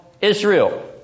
Israel